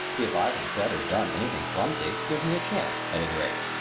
if i have said or done anything clumsy give me a chance, at any rate,